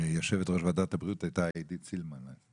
יושבת ראש ועדת הבריאות הייתה עידית סילמן.